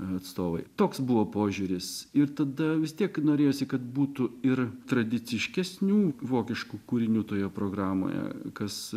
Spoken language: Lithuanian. atstovai toks buvo požiūris ir tada vis tiek norėjosi kad būtų ir tradiciškesnių vokiškų kūrinių toje programoje kas